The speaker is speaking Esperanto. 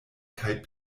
kaj